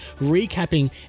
recapping